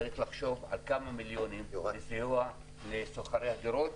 צריך לחשוב על כמה מיליונים לסיוע לשוכרי הדירות,